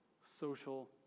social